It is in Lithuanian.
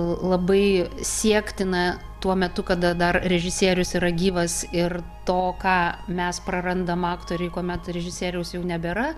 labai siektina tuo metu kada dar režisierius yra gyvas ir to ką mes prarandam aktoriai kuomet režisieriaus jau nebėra